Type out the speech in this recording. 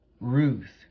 ruth